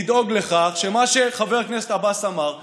לדאוג לכך שמה שחבר הכנסת עבאס אמר יתקיים.